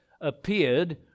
appeared